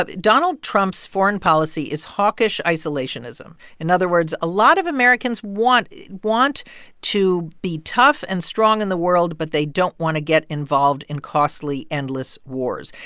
but donald trump's foreign policy is hawkish isolationism. in other words, a lot of americans want want to be tough and strong in the world, but they don't want to get involved in costly, endless wars.